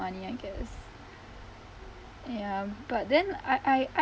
I guess ya but then I I I